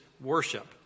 worship